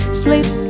sleep